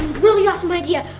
really awesome idea!